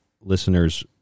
listeners